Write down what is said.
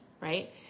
right